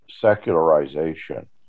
secularization